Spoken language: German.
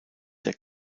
der